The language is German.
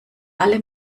alle